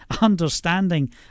understanding